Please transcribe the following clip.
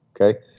okay